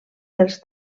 dels